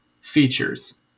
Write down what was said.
features